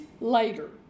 later